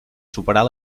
superar